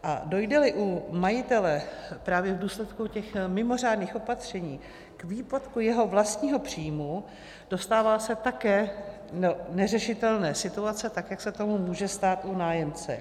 A dojdeli u majitele právě v důsledku těch mimořádných opatření k výpadku jeho vlastního příjmu, dostává se také do neřešitelné situace, tak jak se tomu může stát u nájemce.